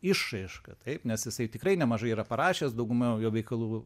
išraiška taip nes jisai tikrai nemažai yra parašęs dauguma jo veikalų